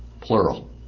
plural